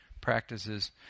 practices